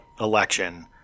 election